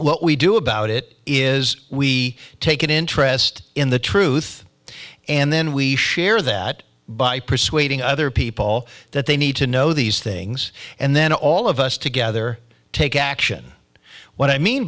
what we do about it is we take an interest in the truth and then we share that by persuading other people that they need to know these things and then all of us together take action what i mean